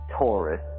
Taurus